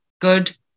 good